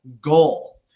goal